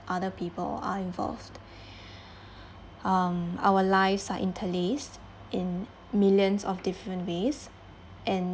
other people are involved um our lives are interlaced in millions of different ways and